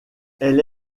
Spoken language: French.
elle